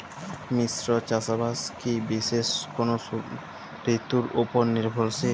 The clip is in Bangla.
মিশ্র চাষাবাদ কি বিশেষ কোনো ঋতুর ওপর নির্ভরশীল?